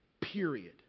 period